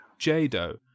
Jado